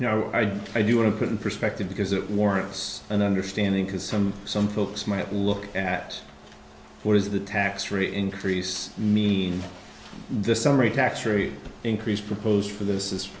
know i do want to put in perspective because it warrants an understanding because some some folks might look at what is the tax rate increase mean the summary tax rate increase proposed for this is